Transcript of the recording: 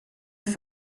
each